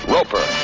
Roper